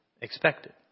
expected